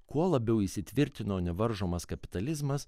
kuo labiau įsitvirtino nevaržomas kapitalizmas